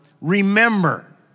remember